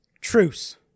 Truce